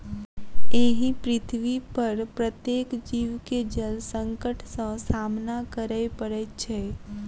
एहि पृथ्वीपर प्रत्येक जीव के जल संकट सॅ सामना करय पड़ैत छै